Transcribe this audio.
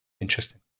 Interesting